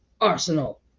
arsenal